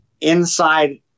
inside